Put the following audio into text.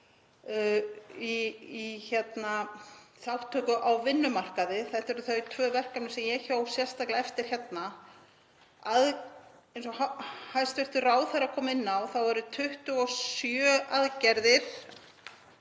þátttöku á vinnumarkaði. Þetta eru þau tvö verkefni sem ég hjó sérstaklega eftir hérna. Eins og hæstv. ráðherra kom inn á eru 27 aðgerðir,